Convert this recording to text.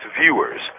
viewers